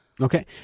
Okay